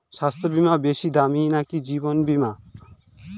স্বাস্থ্য বীমা বেশী দামী নাকি জীবন বীমা?